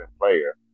player